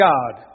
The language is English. God